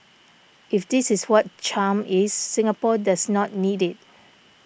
if this is what charm is Singapore does not need it